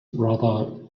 brother